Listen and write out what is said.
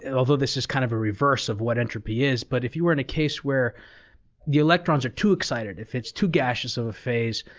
and although this is kind of the reverse of what entropy is, but if you were in a case where the electrons are too excited, if it's too gaseous of a phase,